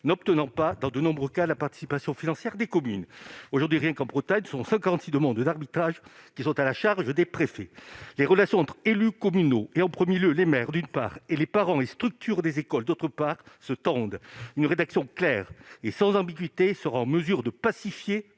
n'obtenant pas, dans de nombreux cas, la participation financière des communes. Aujourd'hui, en Bretagne seulement, 56 demandes d'arbitrage sont à la charge des préfets. Les relations entre élus communaux, en premier lieu les maires, d'une part, et les parents et les structures des écoles, d'autre part, se tendent. Une rédaction claire et sans ambiguïté sera en mesure de pacifier